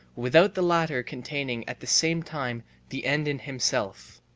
without the latter containing at the same time the end in himself.